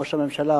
ראש הממשלה,